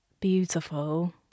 beautiful